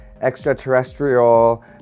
extraterrestrial